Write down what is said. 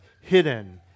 Hidden